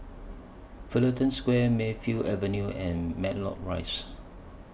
Fullerton Square Mayfield Avenue and Matlock Rise